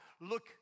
Look